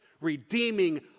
redeeming